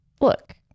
look